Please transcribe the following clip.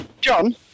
John